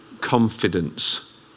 confidence